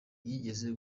yigeze